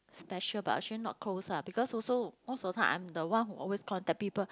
special but actually not close ah because also most of the time I'm the one who always contact people